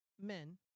men